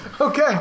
Okay